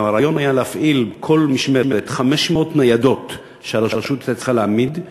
להפעיל בכל משמרת 500 ניידות שהרשות צריכה להעמיד,